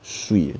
swee